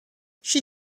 she